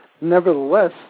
nevertheless